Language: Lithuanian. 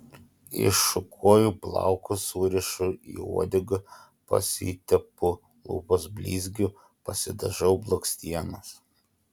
iššukuoju plaukus surišu į uodegą pasitepu lūpas blizgiu pasidažau blakstienas